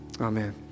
amen